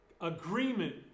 agreement